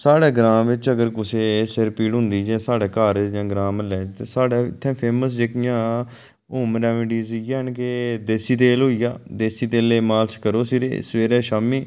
साढे़ ग्रां बिच अगर कुसै गी सिर पीड़ होंदी जां साढ़े घर जां ग्रां म्हल्ले च साढ़े इत्थै फेमस जेह्कियां होम रेमिडियां इ'यै न कि देसी तेल होई गेआ देसी तेले दी मालश करो सिरे गी सवेरे शामीं